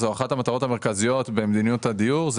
אחד המטרות העיקריות במדיניות הדיור היא